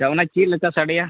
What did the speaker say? ᱟᱪᱪᱷᱟ ᱚᱱᱟ ᱪᱮᱫᱞᱮᱠᱟ ᱥᱟᱰᱮᱭᱟ